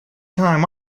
time